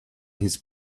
his